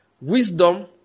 Wisdom